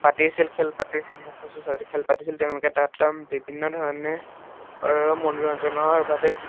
পাতিছিল খেল পাতিছিল খেল পাতিছিল তেওঁলোকে তাত বিভিন্ন ধৰণৰ মনোৰঞ্জনৰ বাবে